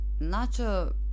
Nacho